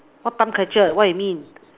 what time captured what you mean